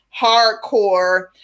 hardcore